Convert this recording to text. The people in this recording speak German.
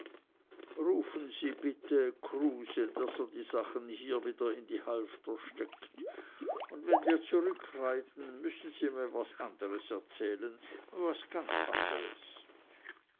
rufen sie bitte kruse daß er die sachen hier wieder in die halfter steckt und wenn wir zurückreiten müssen sie mir was anderes erzählen ganz was anderes